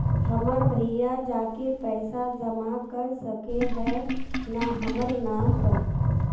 हमर भैया जाके पैसा जमा कर सके है न हमर नाम पर?